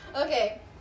Okay